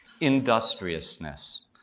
industriousness